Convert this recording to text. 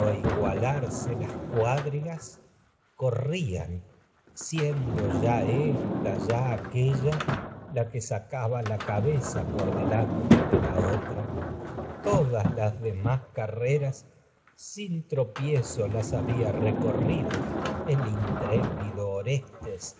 igualarse las cuadrigas co rrían siendo ya ésta ya aquélla la que sacaba la cabeza por delante de la otra todas las demás carreras sin tro piezo las había el recorrido el intrépido orestes